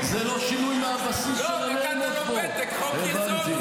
לא הבנתי, חוק-היסוד,